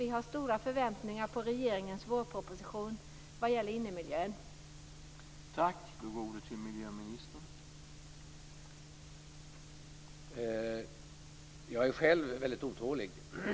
Vi har stora förväntningar på regeringens vårproposition vad gäller frågorna om innemiljön.